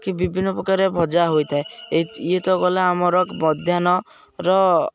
କି ବିଭିନ୍ନ ପ୍ରକାରର ଭଜା ହୋଇଥାଏ ଏ ଇଏ ତ ଗଲା ଆମର ମଧ୍ୟାହ୍ନର